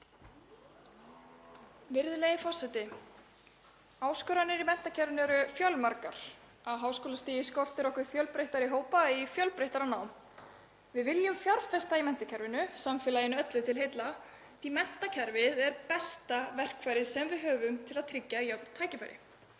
Virðulegi forseti. Áskoranir í menntakerfinu eru fjölmargar. Á háskólastigi skortir okkur fjölbreyttari hópa í fjölbreyttara nám. Við viljum fjárfesta í menntakerfinu, samfélaginu öllu til heilla, því að menntakerfið er besta verkfærið sem við höfum til að tryggja jöfn tækifæri.